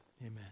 Amen